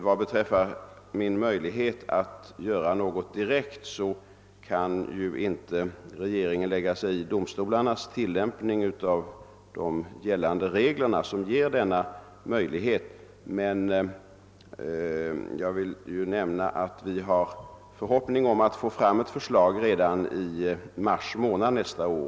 Vad beträffar min möjlighet att göra något direkt i detta sammanhang vill jag framhålla, att regeringen inte kan lägga sig i domstolarnas tillämpning av gällande regler, enligt vilka domstolarna har möjlighet till en skälighetsprövning. Jag vill emellertid nämna att vi har förhoppning om att ett förslag skall kunna framläggas redan i mars månad nästa år.